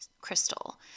Crystal